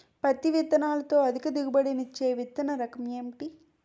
పత్తి విత్తనాలతో అధిక దిగుబడి నిచ్చే విత్తన రకం ఏంటి?